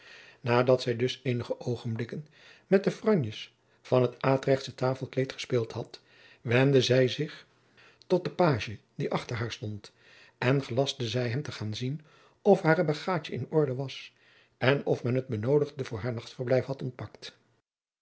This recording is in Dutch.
nadat zij dus eenige oogenblikken met de franjes van het atrechtsche tafelkleed gespeeld had wendde zij zich lot den pagie die achter haar stond en gelastte zij hem te gaan zien of hare bagaadje in orde was en of men het benoodigde voor haar nachtverblijf had